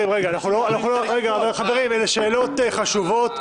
אלה שאלות חשובות,